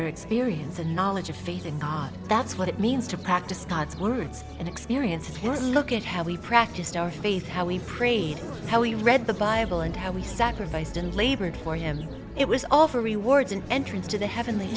experience and knowledge of faith in god that's what it means to practice god's words and experience and here's a look at how he practiced our faith how he prayed how he read the bible and how we sacrificed and labored for him it was all for rewards an entrance to the heavenly